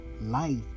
life